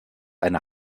eine